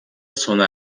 sona